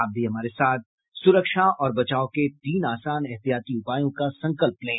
आप भी हमारे साथ सुरक्षा और बचाव के तीन आसान एहतियाती उपायों का संकल्प लें